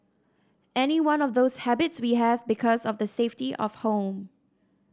any one of those habits we have because of the safety of home